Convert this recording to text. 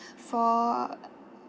for